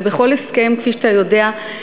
ובכל הסכם, כפי שאתה יודע,